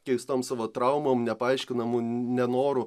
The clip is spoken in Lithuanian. keistom savo traumom nepaaiškinamu nenoru